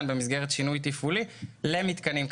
במסגרת שינוי תפעולי למתקנים קיימים.